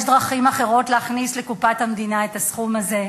יש דרכים אחרות להכניס לקופת המדינה את הסכום הזה.